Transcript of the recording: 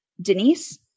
Denise